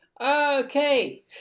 Okay